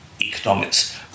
economics